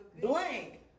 blank